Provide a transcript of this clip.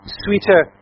sweeter